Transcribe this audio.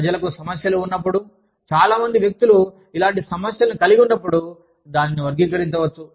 ప్రజలకు సమస్యలు ఉన్నప్పుడు చాలామంది వ్యక్తులు ఇలాంటి సమస్యలను కలిగి ఉన్నప్పుడు దానిని వర్గీకరించవచ్చు